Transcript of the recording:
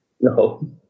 no